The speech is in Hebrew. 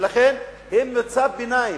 ולכן הם במצב ביניים: